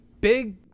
Big